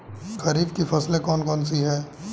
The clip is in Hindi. खरीफ की फसलें कौन कौन सी हैं?